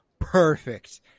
perfect